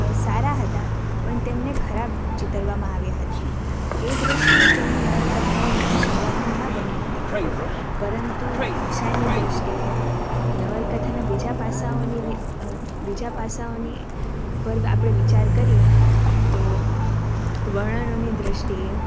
સારા હતા પણ તેમને ખરાબ ચીતરવામાં આવ્યા હતા એ દૃષ્ટિએ તેમની નવલકથાઓ મને શરૂઆતમાં ન ગમી હતી પરંતુ ભાષાની દૃષ્ટિએ નવલકથાને બીજા પાસાઓની બીજા પાસાઓની પર આપણે વિચાર કરીએ તો વર્ણનોની દૃષ્ટિએ